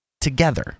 Together